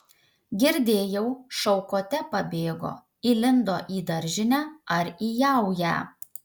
girdėjau šaukote pabėgo įlindo į daržinę ar į jaują